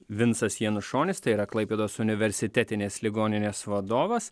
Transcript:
vinsas janušonis tai yra klaipėdos universitetinės ligoninės vadovas